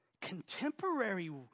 Contemporary